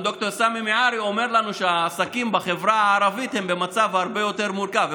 ד"ר סאמי מיעארי אומר שהעסקים בחברה הערבית הם במצב הרבה יותר מורכב.